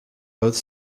both